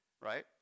right